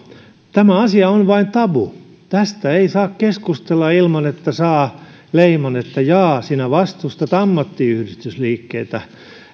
tämä asia on vain tabu tästä ei saa keskustella ilman että saa leiman että jaa sinä vastustat ammattiyhdistysliikkeitä